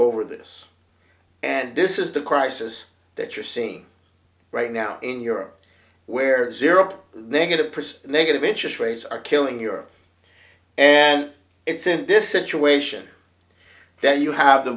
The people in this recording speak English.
over this and this is the crisis that you're seeing right now in europe where zero they get a pretty negative interest rates are killing europe and it's in this situation that you have the